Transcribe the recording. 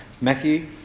Matthew